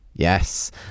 Yes